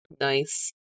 Nice